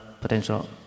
potential